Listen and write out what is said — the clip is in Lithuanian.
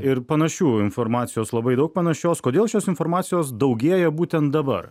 ir panašių informacijos labai daug panašios kodėl šios informacijos daugėja būtent dabar